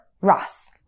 Ross